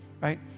Right